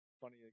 funny